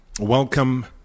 Welcome